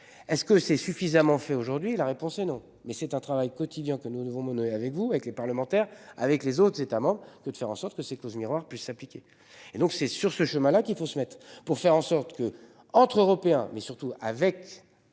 Est-ce que c'est suffisamment fait aujourd'hui la réponse est non, mais c'est un travail quotidien que nous devons mener avec vous, avec les parlementaires avec les autres États membres de, de faire en sorte que ces clauses miroirs puisse s'appliquer et donc c'est sur ce chemin là qu'il faut se mettre pour faire en sorte que entre Européens, mais surtout avec.